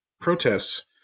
protests